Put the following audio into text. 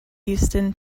houston